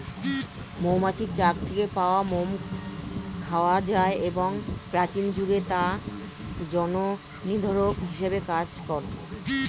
মৌমাছির চাক থেকে পাওয়া মোম খাওয়া যায় এবং প্রাচীন যুগে তা জলনিরোধক হিসেবে কাজ করত